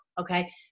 Okay